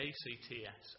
ACTS